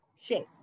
shape